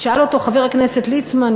שאל אותו חבר הכנסת ליצמן,